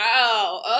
wow